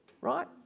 right